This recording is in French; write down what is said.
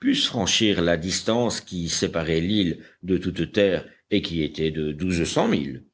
pussent franchir la distance qui séparait l'île de toute terre et qui était de douze cents milles